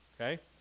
okay